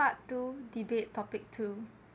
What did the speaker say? part two debate topic two